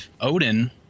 odin